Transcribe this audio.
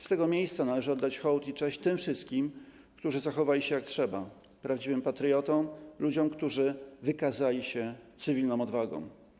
Z tego miejsca należy oddać hołd i cześć tym wszystkim, którzy zachowali się jak trzeba, prawdziwym patriotom, ludziom, którzy wykazali się cywilną odwagą.